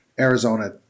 Arizona